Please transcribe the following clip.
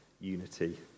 unity